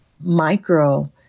micro